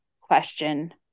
question